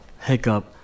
hiccup